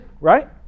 right